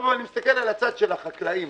אני מסתכל על הצד של החקלאים.